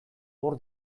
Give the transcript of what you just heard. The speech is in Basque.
hor